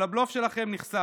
אבל הבלוף שלכם נחשף,